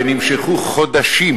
שנמשכו חודשים,